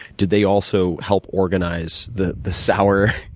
did they also help organize the the sour